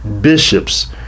bishops